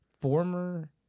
former